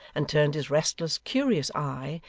and turned his restless, curious eye,